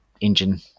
engine